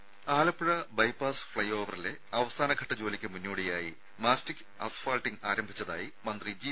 രുഭ ആലപ്പുഴ ബൈപാസ് ഫ്ലൈ ഓവറിലെ അവസാനഘട്ട ജോലിക്ക് മുന്നോടിയായി മാസ്റ്റിക് അസ്ഫാൾട്ടിംഗ് ആരംഭിച്ചതായി ജി